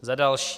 Za další.